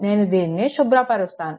నేను దీనిని శుభ్రపరుస్తాను